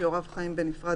שהוריו חיים בנפרד,